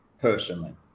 personally